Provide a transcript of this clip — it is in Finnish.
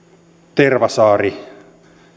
tervasaari